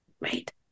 Right